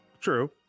true